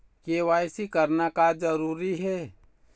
KYC करना का बर जरूरी हे?